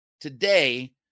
today